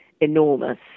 enormous